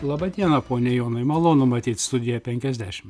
laba diena pone jonai malonu matyt studijoje penkiasdešim